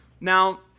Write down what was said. Now